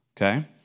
Okay